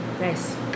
Nice